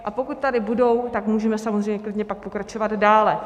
A pokud tady budou, tak můžeme samozřejmě klidně pak pokračovat dále.